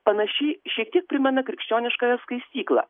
panaši šiek tiek primena krikščioniškąją skaistyklą